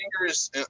fingers